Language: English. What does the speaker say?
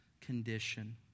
condition